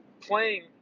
playing